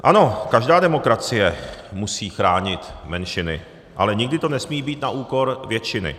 Ano, každá demokracie musí chránit menšiny, ale nikdy to nesmí být na úkor většiny.